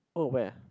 oh where